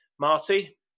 Marty